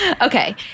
Okay